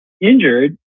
injured